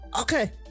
Okay